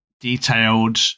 detailed